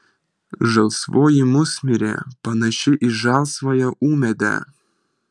žalsvoji musmirė panaši į žalsvąją ūmėdę